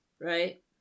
Right